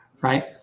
Right